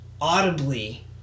audibly